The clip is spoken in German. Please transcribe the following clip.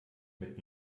mit